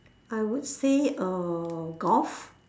I would say uh golf